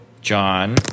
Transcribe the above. John